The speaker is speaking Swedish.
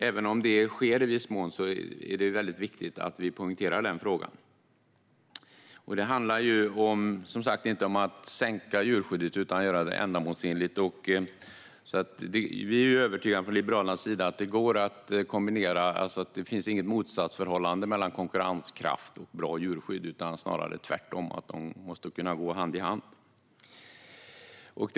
Även om det i viss mån redan sker är det viktigt att vi poängterar det. Det handlar alltså inte om att sänka djurskyddet utan om att göra det ändamålsenligt. Vi i Liberalerna är övertygade om att det går att kombinera. Det finns inget motsatsförhållande mellan konkurrenskraft och bra djurskydd utan snarare tvärtom. De måste kunna gå hand i hand.